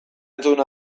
entzun